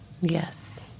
Yes